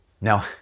Now